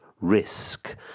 risk